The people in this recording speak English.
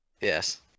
Yes